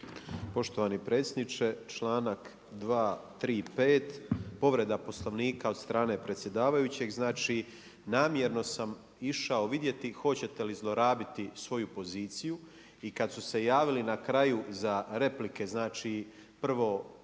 Poštovani predsjedniče. Članak 235. povreda Poslovnika od strane predsjedavajućeg, znači namjerno sam išao vidjeti hoćete li zlorabiti svoju poziciju i kad su se javili na kraju za replike, znači, prvo